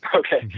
ah okay.